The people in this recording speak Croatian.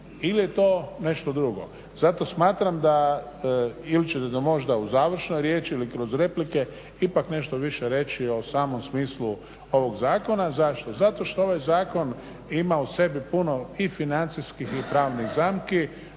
ili je to nešto drugo? Zato smatram da ili ćete to možda u završnoj riječi ili kroz replike ipak nešto više reći o samom smislu ovog zakona. Zašto? Zato što ovaj zakon ima u sebi puno i financijskih i pravnih zamki